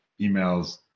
emails